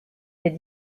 est